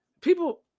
People